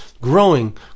growing